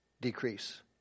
decrease